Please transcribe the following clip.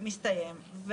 זה דבר אחד,